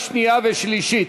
35 בעד, שלושה מתנגדים,